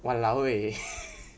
!walao! eh